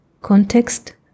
context